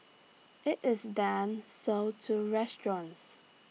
IT is then sold to restaurants